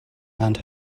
and